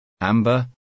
amber